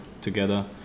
together